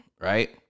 Right